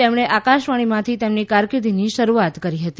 તેમણે આકાશવાણીમાંથી તેમની કારકિર્દીની શરૂઆત કરી હતી